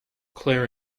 claire